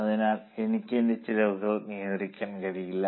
അതിനാൽ എനിക്ക് എന്റെ ചെലവുകൾ നിയന്ത്രിക്കാൻ കഴിയില്ല